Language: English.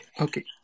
Okay